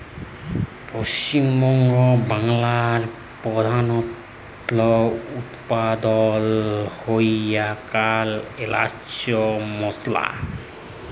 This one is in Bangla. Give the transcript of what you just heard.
পশ্চিম বাংলায় প্রধালত উৎপাদল হ্য়ওয়া কাল এলাচ মসলা